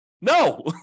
No